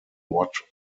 what